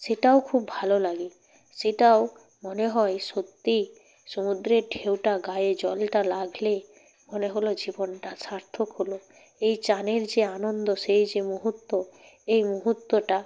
সেটাও খুব ভালো লাগে সেটাও মনে হয় সত্যিই সমুদ্রের ঢেউটা গায়ে জলটা লাগলে মনে হল জীবনটা সার্থক হল এই চানের যে আনন্দ সেই যে মুহূর্ত এই মুহূর্তটা